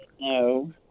No